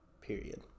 period